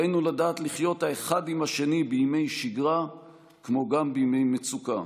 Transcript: עלינו לדעת לחיות האחד עם השני בימי שגרה כמו גם בימי מצוקה,